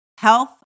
Health